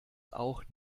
auch